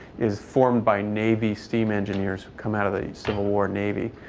is formed by navy steam engineers who come out of the civil war navy.